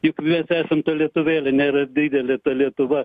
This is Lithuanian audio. juk me esam ta lietuvėlė nėra didelė ta lietuva